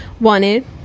wanted